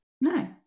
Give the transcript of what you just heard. No